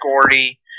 Gordy